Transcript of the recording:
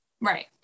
Right